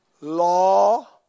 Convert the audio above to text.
law